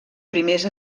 primers